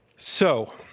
so,